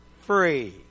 free